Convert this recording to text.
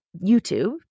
YouTube